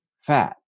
fat